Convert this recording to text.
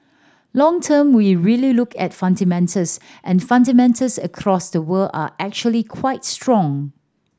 long term we really look at fundamentals and fundamentals across the world are actually quite strong